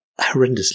horrendously